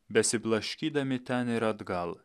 besiblaškydami ten ir atgal